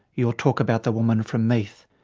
you'll talk about the woman from meath.